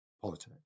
politics